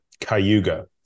Cayuga